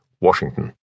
Washington